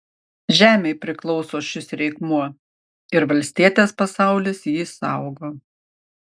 žemei priklauso šis reikmuo ir valstietės pasaulis jį saugo